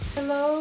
Hello